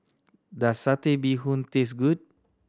does Satay Bee Hoon taste good